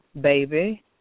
baby